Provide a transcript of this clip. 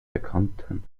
bekannten